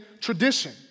tradition